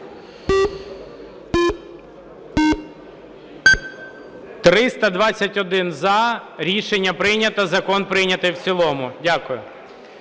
За-321 Рішення прийнято. Закон прийнятий в цілому. Дякую.